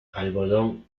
algodón